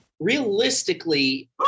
realistically